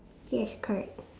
yes correct